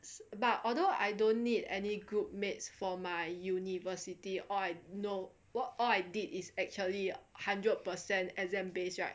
about although I don't need any group mates for my university or I know all I did is actually a hundred percent exam based right